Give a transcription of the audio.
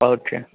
okay